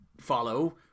follow